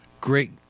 great